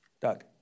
Doug